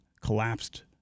collapsed